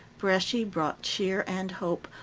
bresci brought cheer and hope,